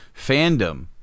fandom